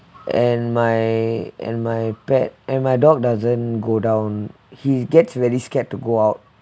and my and my pet and my dog doesn't go down he gets really scared to go out